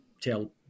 tell